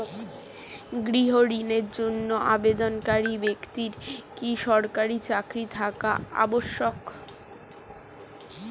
গৃহ ঋণের জন্য আবেদনকারী ব্যক্তি কি সরকারি চাকরি থাকা আবশ্যক?